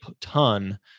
ton